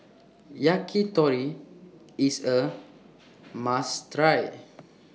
Yakitori IS A must Try